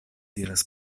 diras